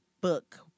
book